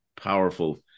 powerful